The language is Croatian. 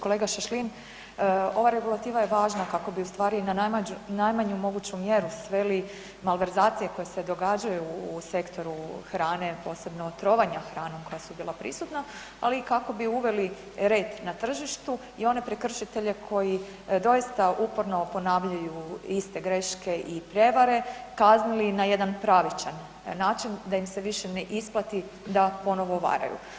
Kolega Šašlin, ova regulativa je važna kako bi u stvari na najmanju moguću mjeru sveli malverzacije koje se događaju u sektoru hrane, posebno trovanja hranom koja su bila prisutna, ali i kako bi uveli red na tržištu i one prekršitelje koji doista uporno ponavljaju iste greške i prijevare kaznili na jedan pravičan način da im se više ne isplati da ponovo varaju.